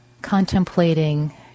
contemplating